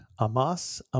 Amas